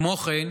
כמו כן,